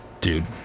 Dude